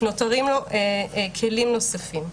נותרים לו כלים נוספים.